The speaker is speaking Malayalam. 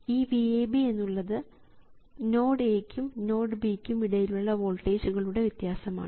ഈ VAB എന്നുള്ളത് നോഡ് A ക്കും B ക്കും ഇടയിലുള്ള വോൾട്ടേജ് കളുടെ വ്യത്യാസമാണ്